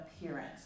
appearance